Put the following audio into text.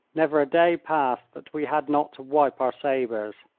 never a day passed that we had not to wipe our sabres.